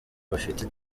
bafite